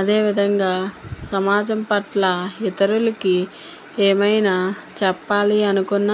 అదే విధంగా సమాజం పట్ల ఇతరులకి ఏమన్న చెప్పాలి అనుకున్న